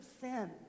sin